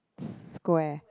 square